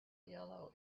yellow